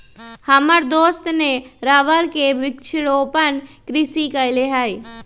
हमर दोस्त ने रबर के वृक्षारोपण कृषि कईले हई